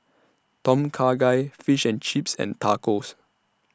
Tom Kha Gai Fish and Chips and Tacos